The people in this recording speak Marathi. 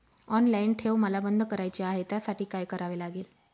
ऑनलाईन ठेव मला बंद करायची आहे, त्यासाठी काय करावे लागेल?